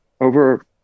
over